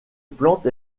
plante